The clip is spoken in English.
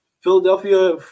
Philadelphia